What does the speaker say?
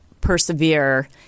persevere